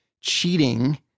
cheating